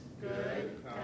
good